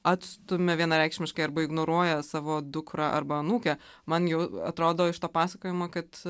atstumia vienareikšmiškai arba ignoruoja savo dukrą arba anūkę man jau atrodo iš to pasakojimo kad